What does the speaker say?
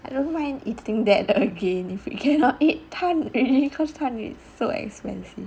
I don't mind eating that the again if we cannot eat 探鱼 cause 探鱼 is so expensive